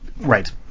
Right